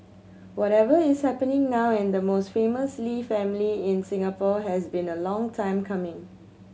whatever is happening now in the most famous Lee family in Singapore has been a long time coming